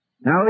Now